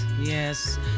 yes